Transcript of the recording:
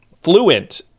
fluent